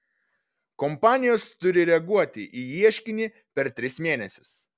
kompanijos turi reaguoti į ieškinį per tris mėnesius